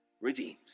Redeemed